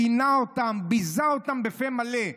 גינה אותם, ביזה אותם בפה מלא.